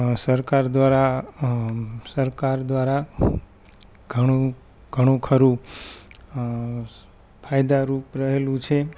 સરકાર દ્વારા સરકાર દ્વારા ઘણું ઘણું ખરું ફાયદારૂપ રહેલું છે